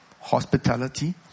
hospitality